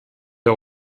der